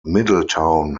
middletown